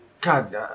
God